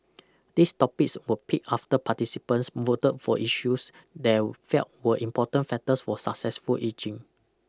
these topics were picked after participants voted for issues they'll felt were important factors for successful ageing